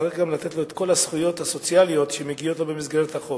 צריך גם לתת לו את כל הזכויות הסוציאליות שמגיעות לו במסגרת החוק,